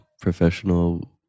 professional